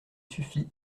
suffit